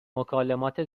مکالمات